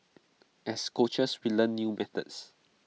as coaches we learn new methods